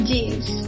James